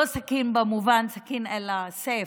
לא סכין במובן של סכין, אלא סיף.